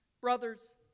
Brothers